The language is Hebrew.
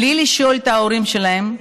בלי לשאול את ההורים שלהם,